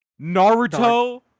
Naruto